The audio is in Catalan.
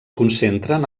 concentren